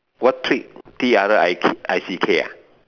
what trick T R I I C K ah